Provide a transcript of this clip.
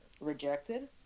rejected